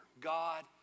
God